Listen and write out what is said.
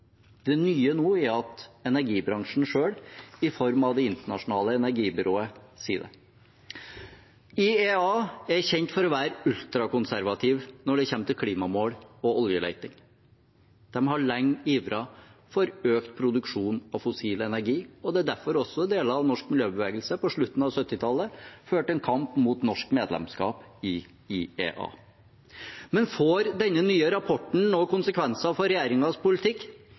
Det nye nå er at energibransjen selv, i form av Det internasjonale energibyrået, sier det. IEA er kjent for å være ultrakonservative når det kommer til klimamål og oljeleting. De har lenge ivret for økt produksjon av fossil energi, og det er derfor også deler av norsk miljøbevegelse på slutten av 1970-tallet førte en kamp mot norsk medlemskap i IEA. Får denne nye rapporten noen konsekvenser for regjeringens politikk?